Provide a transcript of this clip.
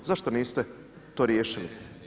Zašto niste to riješili?